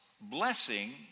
blessing